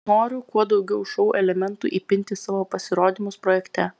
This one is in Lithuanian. noriu kuo daugiau šou elementų įpinti į savo pasirodymus projekte